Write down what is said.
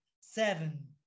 Seven